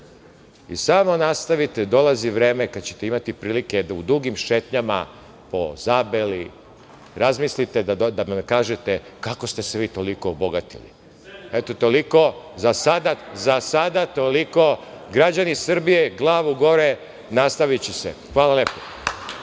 I samo nastavite, dolazi vreme kada ćete imati prilike da u dugim šetnjama po Zabeli, razmislite da nam kažete kako ste se vi toliko obogatili? Eto, toliko za sada. Građani Srbije glavu gore, nastaviće se. Hvala lepo.